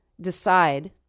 decide